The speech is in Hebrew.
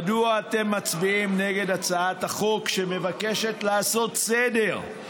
מדוע אתם מצביעים נגד הצעת חוק שמבקשת לעשות סדר,